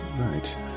Right